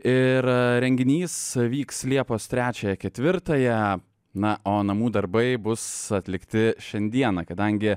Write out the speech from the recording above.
ir renginys vyks liepos trečiąją ketvirtąją na o namų darbai bus atlikti šiandieną kadangi